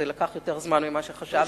זה לקח יותר זמן ממה שחשבתי.